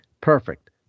perfect